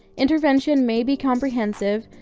intervention may be comprehensive,